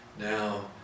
Now